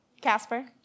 Casper